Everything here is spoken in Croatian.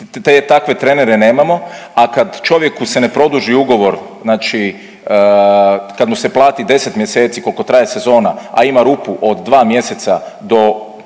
takve trenere nemamo, a kad čovjeku se ne produži ugovor, znači kad mu se plati 10 mjeseci koliko traje sezona, a ima rupu od dva mjeseca do